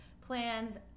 plans